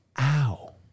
Ow